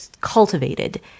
cultivated